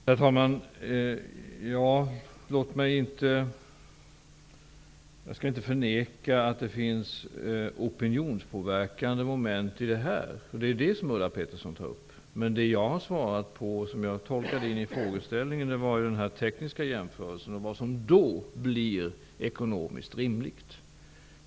Herr talman! Jag skall inte förneka att det finns opinionspåverkande moment i det här, och det är detta som Ulla Pettersson nu tar upp. Men det jag har svarat på och som jag tolkade in i frågeställningen var den tekniska jämförelsen och vad som då blir ekonomiskt rimligt.